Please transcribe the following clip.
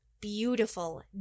beautiful